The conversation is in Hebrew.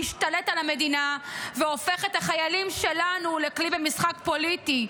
שהשתלט על המדינה והופך את החיילים שלנו לכלי במשחק פוליטי,